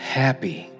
happy